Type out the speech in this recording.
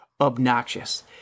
obnoxious